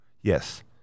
Yes